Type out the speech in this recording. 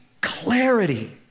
clarity